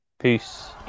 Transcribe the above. Peace